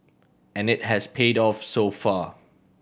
and it has paid off so far